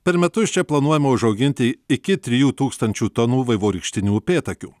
per metus čia planuojama užauginti iki trijų tūkstančių tonų vaivorykštinių upėtakių